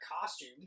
costume